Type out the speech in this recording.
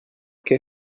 què